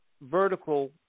Vertical